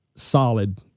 Solid